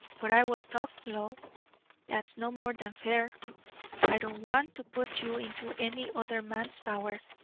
but i will talk low that's no more than fair i don't want to put you into any other man's power,